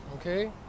okay